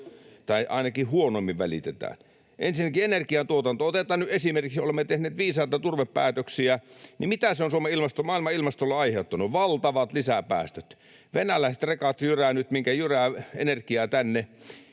tai ainakin huonommin välitetään. Otetaan nyt ensinnäkin energiantuotanto esimerkiksi. Kun olemme tehneet viisaita turvepäätöksiä, niin mitä se on maailman ilmastolle aiheuttanut? Valtavat lisäpäästöt. Venäläiset rekat jyräävät nyt minkä jyräävät energiaa tänne